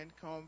come